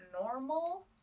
normal